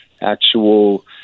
actual